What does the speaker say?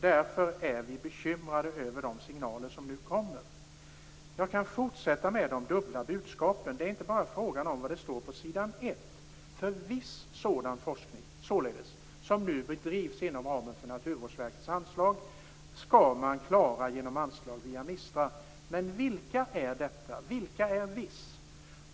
Därför är vi bekymrade över de signaler som nu kommer. Jag kan fortsätta att tala om de dubbla budskapen. Det är inte bara frågan om vad det står på s. 1, att viss sådan forskning, som nu bedrivs inom ramen för Naturvårdsverkets anslag, skall klaras genom anslag via MISTRA. Men vad och vilka avser "viss"?